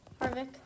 Harvick